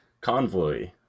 Convoy